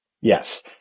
Yes